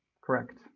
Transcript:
Correct